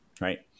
right